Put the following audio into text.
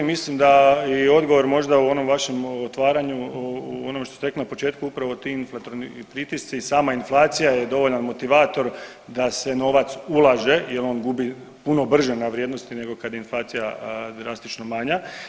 Mislim da je odgovor možda u onom vašem otvaranju u onome što ste rekli na početku upravo ti inflatorni pritisci i sama inflacija je dovoljan motivator da se novac ulaže, jer on gubi puno brže na vrijednosti nego kad je inflacija drastično manja.